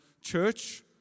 Church